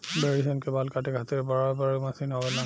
भेड़ी सन के बाल काटे खातिर बड़ बड़ मशीन आवेला